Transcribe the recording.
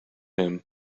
him